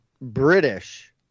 British